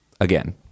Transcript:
again